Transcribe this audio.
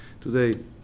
Today